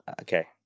Okay